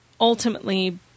ultimately